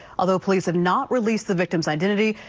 although police have not released the victim's identity,